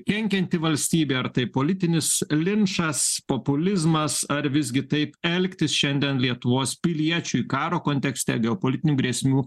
kenkianti valstybei ar tai politinis linčas populizmas ar visgi taip elgtis šiandien lietuvos piliečiui karo kontekste geopolitinių grėsmių